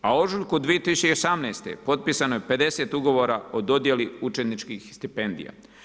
A u ožujku 2018. potpisano je 50 ugovora o dodjeli učeničkih stipendija.